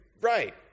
right